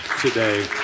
today